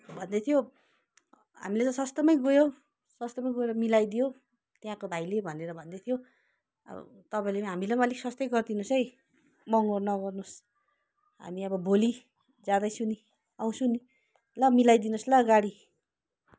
भन्दैथियो हामीले त सस्तोमै गयो सस्तोमा गएर मिलाइदियो त्यहाँको भाइले भनेर भन्दै थियो अब तपाईँले पनि हामीलाई पनि अलिक सस्तै गरिदिनुहोस् है महँगो नगर्नुहोस् हामी अब भोलि जाँदैछु नि आउँछु नि ल मिलाइदिनुहोस् ल गाडी